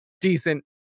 decent